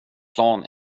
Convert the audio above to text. plan